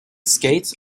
skates